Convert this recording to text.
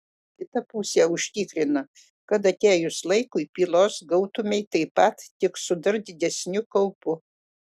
kita pusė užtikrina kad atėjus laikui pylos gautumei taip pat tik su dar didesniu kaupu